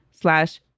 slash